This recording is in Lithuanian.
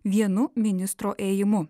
vienu ministro ėjimu